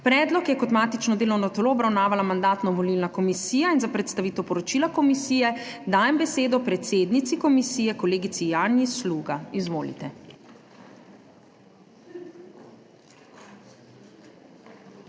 Predlog je kot matično delovno telo obravnavala Mandatno-volilna komisija in za predstavitev poročila komisije dajem besedo predsednici komisije kolegici Janji Sluga. Izvolite.